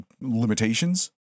limitations